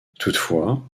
toutefois